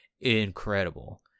incredible